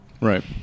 Right